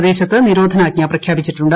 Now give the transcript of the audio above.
പ്രദേശത്ത് നിരോധനാജ്ഞ പ്രഖ്യാപ്പിച്ചിട്ടുണ്ട്